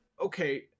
okay